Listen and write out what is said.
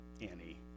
Annie